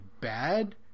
bad